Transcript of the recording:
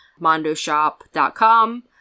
mondoshop.com